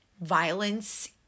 violence